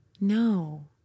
No